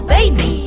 Baby